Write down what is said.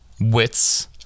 wits